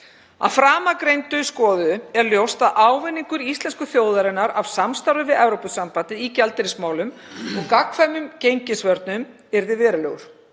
Að framangreindu skoðuðu er ljóst að ávinningur íslensku þjóðarinnar af samstarfi við Evrópusambandið í gjaldeyrismálum og gagnkvæmum gengisvörnum yrði verulegur.